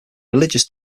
religious